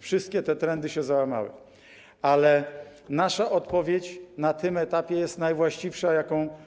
Wszystkie te trendy się załamały, ale nasza odpowiedź na tym etapie jest najwłaściwsza spośród tych,